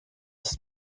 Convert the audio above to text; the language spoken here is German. ist